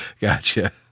gotcha